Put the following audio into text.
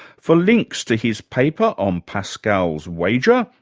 for links to his paper on pascal's wager,